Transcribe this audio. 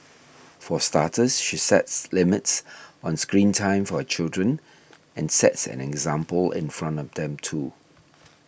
for starters she sets limits on screen time for her children and sets an example in front of them too